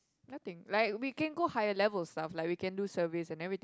nothing like we can go higher levels stuff like we can do service and everything